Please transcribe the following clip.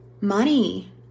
money